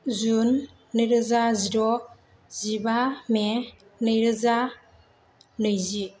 जुन नै रोजा जिद' जिबा मे नै रोजा नैजि